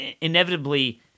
inevitably